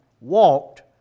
walked